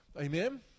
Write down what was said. Amen